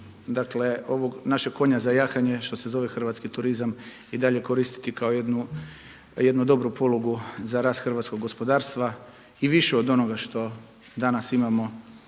dakle ovog našeg konja za jahanje što se zove hrvatski turizam i dalje koristiti kao jednu dobru polugu za rast hrvatskog gospodarstva i više od onoga što danas imamo